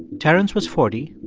terence was forty,